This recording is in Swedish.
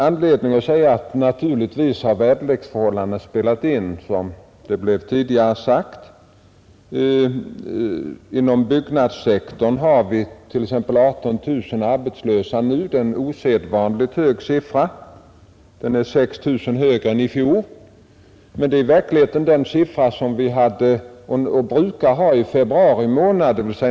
Som tidigare sagts har naturligtvis väderleksförhållandena spelat in. Inom byggnadssektorn har vi nu 18 000 arbetslösa. Det är en osedvanligt hög siffra — 6 000 högre än i fjol, — men det är den siffra som vi brukar ha i februari månad.